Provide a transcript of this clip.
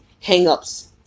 hang-ups